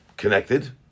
Connected